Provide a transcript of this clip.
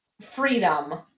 freedom